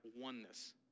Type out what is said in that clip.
oneness